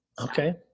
Okay